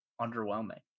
underwhelming